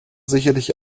sicherlich